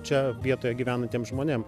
čia vietoje gyvenantiem žmonėm